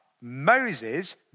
Moses